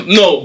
no